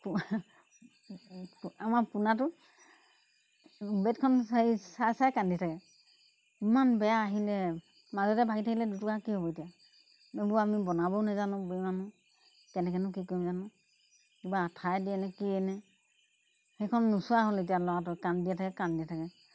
আমাৰ পোনাটো বেটখন চাই চাই চাই কান্ধি থাকে ইমান বেয়া আহিলে মাজতে ভাঙি থাকিলে দুটুকুৰা কি হ'ব এতিয়া এইবোৰ আমি বনাবও নেজানো বুঢ়ী মানুহ কেনেকেনো কি কৰিম জানো কিবা আঠাই দিয়ে নে কি এনে সেইখন নোচোৱা হ'ল এতিয়া ল'ৰাটো কান্দিয়ে দিয়ে থাকে কান্দিয়ে থাকে